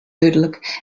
dúdlik